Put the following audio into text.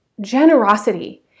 generosity